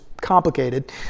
complicated